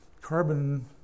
carbon